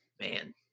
man